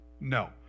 No